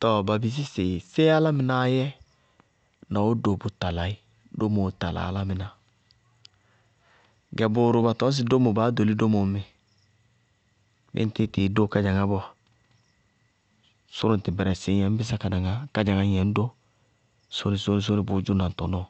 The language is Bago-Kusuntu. Tɔɔ ba bisí sɩ séé álámɩnáá yɛ na do bʋ tala í, domóo tala álámɩná? Gɛ bʋʋrʋ ba tɔñ sɩ dómo baá ɖóli dómo ŋmíɩ, bíɩ ŋ tíɩ tɩɩ dó kádzaŋá bɔɔ, sʋrʋ ŋtɩ bɛrɛsɩ ñyɛ ŋñ dó kádzaŋá sóñ-sóñ-sóóni bʋ dzʋ ná ŋ tɔnɔɔ.